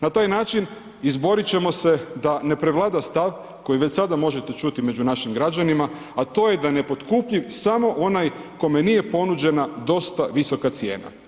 Na taj način izborit ćemo se da ne prevlada stav koji već sada možete čuti među našim građanima, a to je da je nepotkupljiv samo onaj kome nije ponuđena dosta visoka cijena.